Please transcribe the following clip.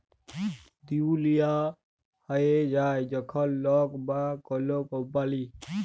দেউলিয়া হঁয়ে যায় যখল লক বা কল কম্পালি